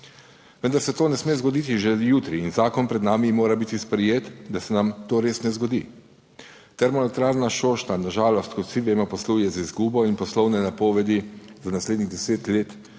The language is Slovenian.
Vendar se to ne sme zgoditi že jutri in zakon pred nami mora biti sprejet, da se nam to res ne zgodi. Termoelektrarna Šoštanj, na žalost, kot vsi vemo, posluje z izgubo in poslovne napovedi za naslednjih deset let